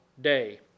day